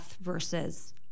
versus